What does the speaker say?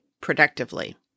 productively